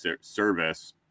service